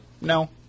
no